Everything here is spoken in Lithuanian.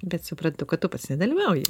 bet suprantu kad tu pats nedalyvauji